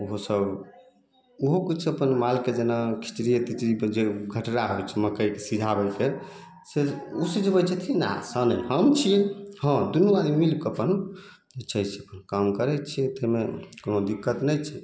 ओहो सब ओहो किछु अपन मालके जेना खिचड़िए तिचड़िएके जे खटरा होइत छै मकैके सीधा रोपिके से ओ से जे होइत छथिन ने आश्रम हम छी हँ दुन्नू आदमी मिलके अपन अच्छे से काम करैत छी ताहिमे कोनो दिक्कत नहि छै